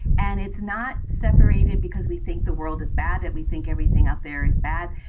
and it's not separated because we think the world is bad. and we think everything out there is bad.